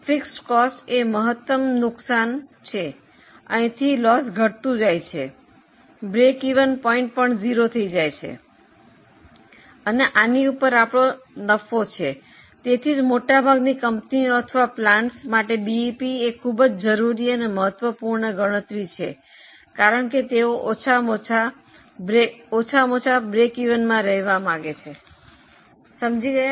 તેથી સ્થિર ખર્ચની એ મહત્તમ નુકસાન છે અહીંથી લોસ ઘટતું જાય છે સમતૂર બિંદુ પર 0 થઈ જાય છે અને આની ઉપર આપણો નફા છે તેથી જ મોટા ભાગની કંપનીઓ અથવા પ્લાન્ટ્સ માટે બીઇપી એ ખૂબ જ જરૂરી અને મહત્વપૂર્ણ ગણતરી છે કારણ કે તેઓ ઓછામાં ઓછા સમતૂરમાં રહેવા માંગે છે સમજી ગયા